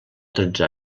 tretze